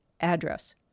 address